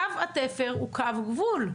קו התפר הוא קו גבול.